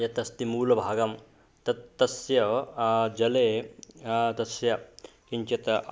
यत् अस्ति मूलभागं तत् तस्य जले तस्य किञ्चित्